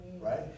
right